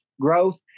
growth